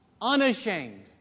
unashamed